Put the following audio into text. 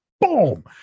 boom